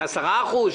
10%?